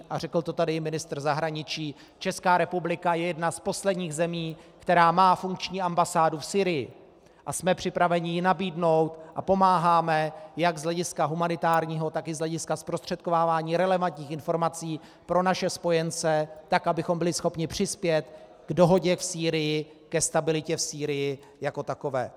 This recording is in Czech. A řekl to tady i ministr zahraničí, Česká republika je jedna z posledních zemí, která má funkční ambasádu v Sýrii, a jsme připraveni ji nabídnout a pomáháme jak z hlediska humanitárního, tak i z hlediska zprostředkovávání relevantních informací pro naše spojence, tak abychom byli schopni přispět k dohodě v Sýrii, ke stabilitě v Sýrii jako takové.